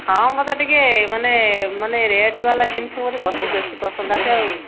ହଁ ମୋତେ ଟିକିଏ ମାନେ ମାନେ ରେଟ୍ବାଲା ଜିନିଷ ମୋତେ ବଶୀ ବେଶୀ ପସନ୍ଦ ଆସେ ଆଉ